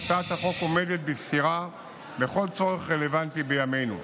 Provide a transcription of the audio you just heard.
והצעת החוק עומדת בסתירה לכל צורך רלוונטי בימינו.